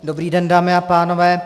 Dobrý den, dámy a pánové.